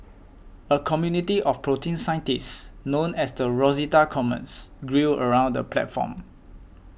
a community of protein scientists known as the Rosetta Commons grew around the platform